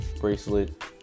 bracelet